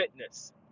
fitness